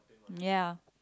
ya